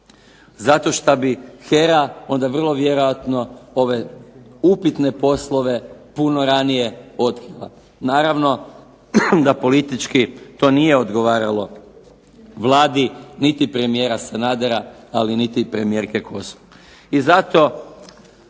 Zato što bi HERA onda vrlo vjerojatno ove upitne poslove puno ranije otkrila. Naravno, da politički to nije odgovaralo Vladi niti premijera Sanadera, ali niti premijerke Kosor.